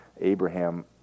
Abraham